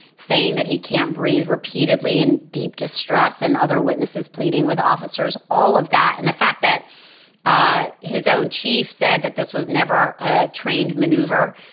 saying that he can't breathe repeatedly repeatedly in deep distress and other witnesses pleading with officers. all of that and the fact that ah his own chief said that this was never a trained maneuver.